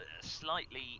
slightly